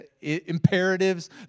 Imperatives